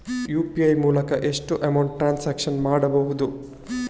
UPI ಮೂಲಕ ಎಷ್ಟು amount transaction ಮಾಡಬಹುದು?